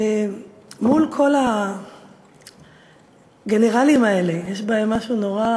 מול כל הגנרלים האלה, שיש בהם משהו נורא,